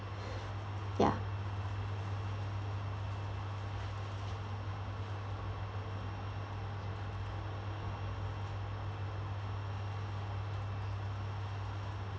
ya